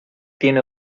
tiene